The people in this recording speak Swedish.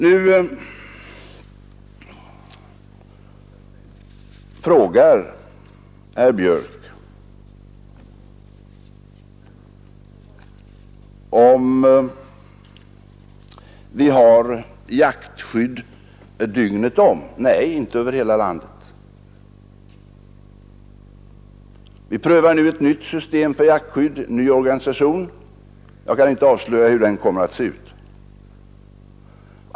Nu frågar herr Björck om vi har jaktskydd dygnet om. Nej, inte över hela landet. Vi prövar nu ett nytt system för jaktskydd, en ny organisation. Jag kan inte avslöja hur den kommer att se ut.